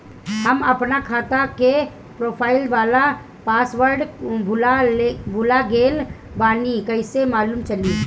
हम आपन खाता के प्रोफाइल वाला पासवर्ड भुला गेल बानी कइसे मालूम चली?